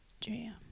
jam